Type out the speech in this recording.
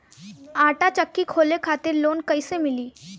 आटा चक्की खोले खातिर लोन कैसे मिली?